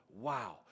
wow